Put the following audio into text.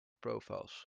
profiles